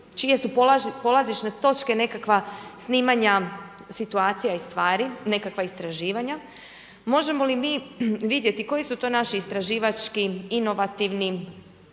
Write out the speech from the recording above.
čije su polazišne točke nekakva snimanja situacija i stvari, nekakva istraživanja. Možemo li mi vidjeti koji su to naši istraživački, inovativni,